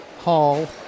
Hall